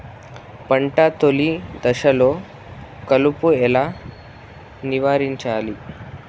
పంట తొలి దశలో కలుపు ఎలా నివారించాలి?